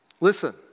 Listen